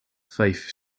fife